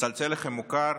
מצלצל לכם מוכר?